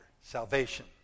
salvation